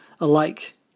alike